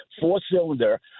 four-cylinder